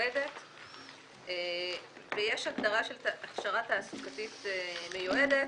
מיועדת ויש הגדרה של הכשרה תעסוקתית מיועדת,